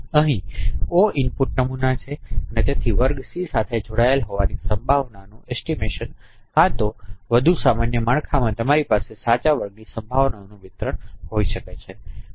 અહીં o input નમૂના છે તેથી વર્ગ Cસાથે જોડાયેલા ઓની સંભાવનાનો અંદાજ કાતો વધુ સામાન્ય માળખામાં તમારી પાસે સાચા વર્ગની સંભાવનાનું વિતરણ હોઈ શકે છે